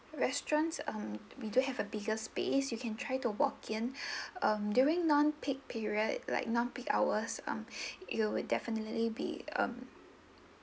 restaurants um we do have a bigger space you can try to walk in um during non-peak period like non-peak hours um you would definitely be um